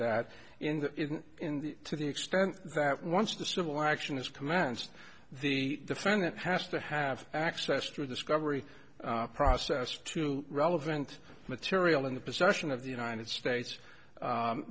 that in the in the to the extent that once the civil action is commenced the defendant has to have access to a discovery process to relevant material in the possession of the united states